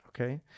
Okay